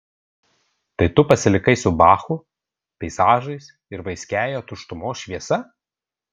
tai tu pasilikai su bachu peizažais ir vaiskiąja tuštumos šviesa